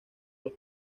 los